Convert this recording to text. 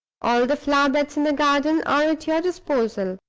all the flower-beds in the garden are at your disposal,